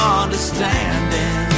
understanding